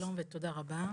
שלום ותודה רבה.